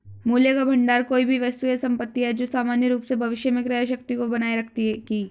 मूल्य का भंडार कोई भी वस्तु या संपत्ति है जो सामान्य रूप से भविष्य में क्रय शक्ति को बनाए रखेगी